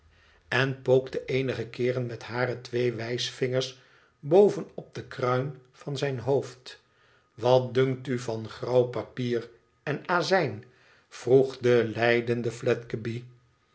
en pookte eenige keeren met hare twee wijsvingers boven op de kruin van zijn hoofd twat dunkt u van grauw papier en azijn vroeg de lijdende